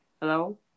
Hello